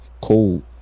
cold